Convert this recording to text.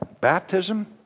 Baptism